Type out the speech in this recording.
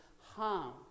harm